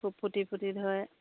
খুব ফুটি ফুটি ধৰে